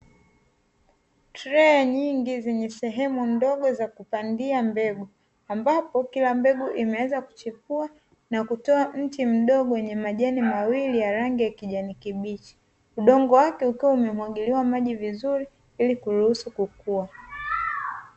Trei nyingi zenye sehemu ndogo za kupandia mbegu ;ambapo kila mbegu imeweza kuchipua na kutoa mche mdogo wenye majani mawili ya rangi ya kijani kibichi, udongo wake ukiwa umemwagiliwa maji vizuri ili kuruhusu kukua.